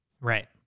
Right